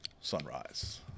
sunrise